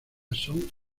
son